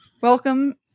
Welcome